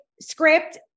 script